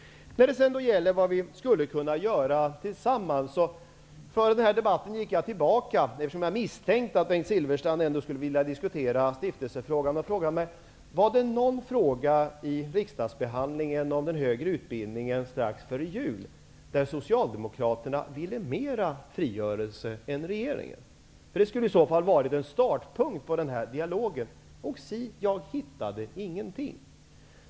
När det gäller vad vi skulle kunna göra tillsammans kan jag redovisa att jag före denna debatt gick tillbaka till riksdagsbehandlingen av den högre utbildningen strax före jul, eftersom jag misstänkte att Bengt Silfverstrand skulle vilja diskutera stiftelsefrågan. Jag frågade mig om det i någon fråga var så att Socialdemokraterna då ville ha mera av frigörelse än regeringen. Det skulle i så fall ha varit en startpunkt för denna dialog. Men si, jag hittade ingenting!